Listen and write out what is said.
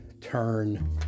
turn